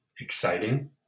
exciting